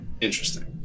interesting